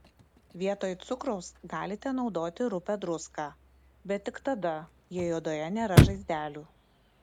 vietoj cukraus galite naudoti rupią druską bet tik tada jei odoje nėra žaizdelių